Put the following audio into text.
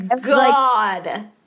God